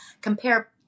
compare